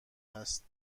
هست